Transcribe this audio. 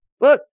Look